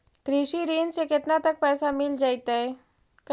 कृषि ऋण से केतना तक पैसा मिल जइतै?